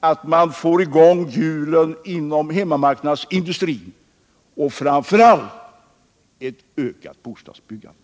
att man får i gång hjulen inom hemmamarknadsindustrin och framför allt ett ökat bostadsbyggande.